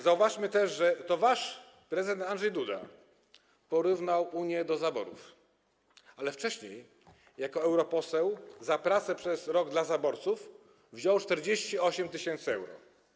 Zauważmy też, że to wasz prezydent Andrzej Duda porównał Unię do zaborów, ale wcześniej jako europoseł za pracę przez rok dla zaborców wziął 48 tys. euro.